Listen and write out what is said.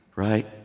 right